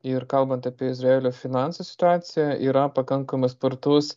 ir kalbant apie izraelio finansų situacija yra pakankamai spartus